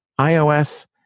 iOS